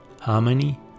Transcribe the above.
harmony